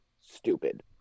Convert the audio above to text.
stupid